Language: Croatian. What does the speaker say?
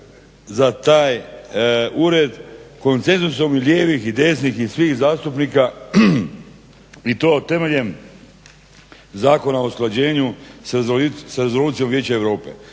za taj ured, konsenzusom lijevih i desnih i svih zastupnika i to temeljem Zakona o usklađenju s rezolucijom Vijeća Europe.